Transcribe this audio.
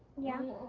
yeah.